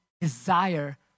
desire